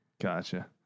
Gotcha